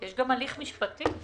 שלום, אני מהלכה המשפטית.